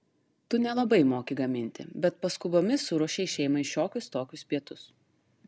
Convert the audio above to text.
tu nelabai moki gaminti bet paskubomis suruošei šeimai šiokius tokius pietus